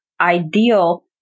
ideal